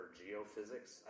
geophysics